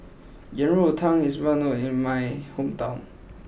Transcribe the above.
Yang Rou Tang is well known in my hometown